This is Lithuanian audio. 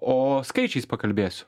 o skaičiais pakalbėsiu